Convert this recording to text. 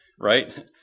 right